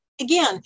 Again